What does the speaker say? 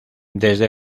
desde